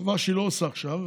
דבר שהיא לא עושה עכשיו.